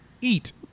eat